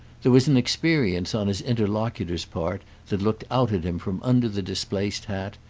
there was an experience on his interlocutor's part that looked out at him from under the displaced hat,